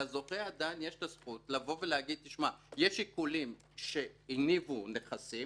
לזוכה עדיין יש זכות להגיד: יש עיקולים שהניבו נכסים,